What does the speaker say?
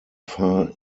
far